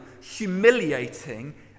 humiliating